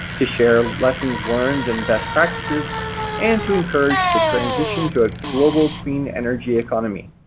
to share lessons learned and best practices and to encourage the transition to a global clean energy economy.